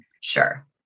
Sure